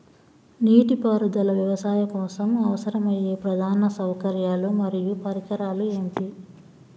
నీటిపారుదల వ్యవసాయం కోసం అవసరమయ్యే ప్రధాన సౌకర్యాలు మరియు పరికరాలు ఏమిటి?